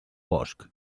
boscs